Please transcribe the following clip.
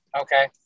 Okay